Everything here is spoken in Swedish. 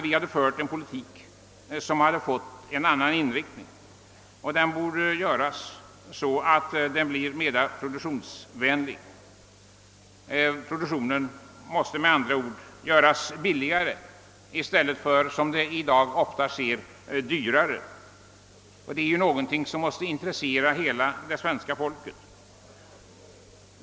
Näringspolitiken måste få en annan inriktning. Det är nödvändigt att den blir mera produktionsvänlig. Produktionen måste med andra ord göras billigare i stället för, som i dag ofta är fallet, dyrare. Detta är någonting som intresserar hela det svenska folket.